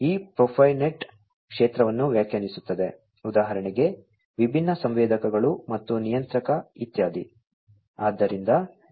ಈ ಪ್ರೊಫೈನೆಟ್ ಕ್ಷೇತ್ರವನ್ನು ವ್ಯಾಖ್ಯಾನಿಸುತ್ತದೆ ಉದಾಹರಣೆಗೆ ವಿಭಿನ್ನ ಸಂವೇದಕಗಳು ಮತ್ತು ನಿಯಂತ್ರಕ ಇತ್ಯಾದಿ